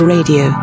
Radio